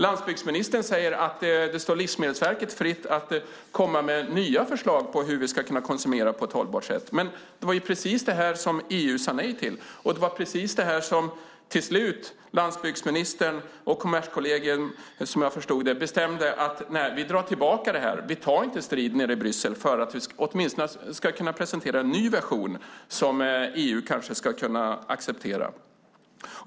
Landsbygdsministern säger att det står Livsmedelsverket fritt att komma med nya förslag om hur vi kan konsumera på ett hållbart sätt. Men det var precis det som EU sade nej till och precis det som landsbygdsministern och Kommerskollegium, såvitt jag förstår, till slut bestämde sig för att dra tillbaka förslaget för att inte ta strid nere i Bryssel och för att åtminstone kunna presentera en ny version som EU kanske kan acceptera.